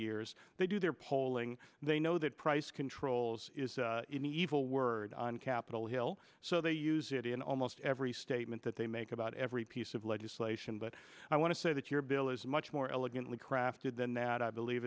years they do their polling they know that price controls is in evil word on capitol hill so they use it in almost every statement that they make about every piece of legislation but i want to say that your bill is much more elegantly crafted than that i believe